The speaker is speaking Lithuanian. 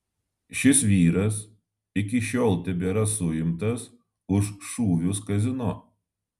šis vyras iki šiol tebėra suimtas už šūvius kazino